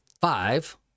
five